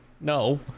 No